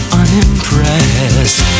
unimpressed